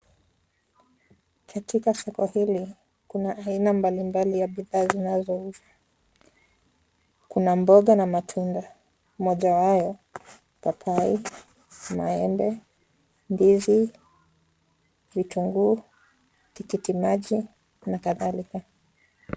Katika soko hili, kuna aina mbalimbali ya bidhaa zinazouzwa. Kuna mboga na matunda. Mojawayo, papai, maembe, ndizi, vitunguu, tikitiki maji nakadhalika.